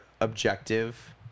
objective